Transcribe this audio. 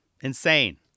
Insane